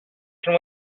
can